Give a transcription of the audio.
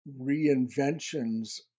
reinventions